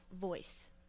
voice